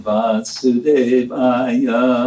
Vasudevaya